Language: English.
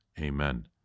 Amen